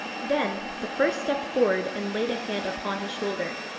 then the first stepped forward and laid a hand upon his shoulder,